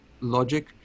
logic